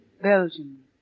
Belgium